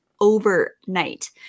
overnight